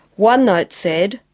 one note said,